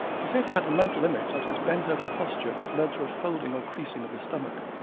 he said he had the mental image that his bent-over posture led to a folding or creasing of the stomach,